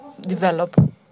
develop